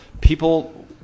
People